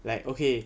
like okay